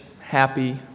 happy